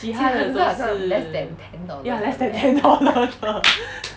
其他的都是 ya less than ten dollars 的